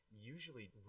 usually